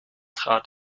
trat